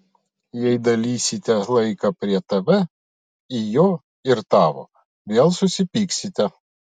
jei dalysite laiką prie tv į jo ir tavo vėl susipyksite